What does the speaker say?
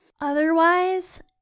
Otherwise